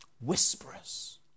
Whisperers